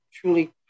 truly